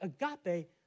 agape